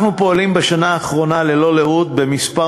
אנחנו פועלים בשנה האחרונה ללא לאות בכמה